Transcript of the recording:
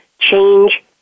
change